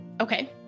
Okay